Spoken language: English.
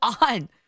on